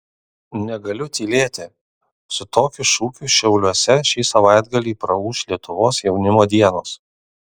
negaliu tylėti su tokiu šūkiu šiauliuose šį savaitgalį praūš lietuvos jaunimo dienos